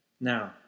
Now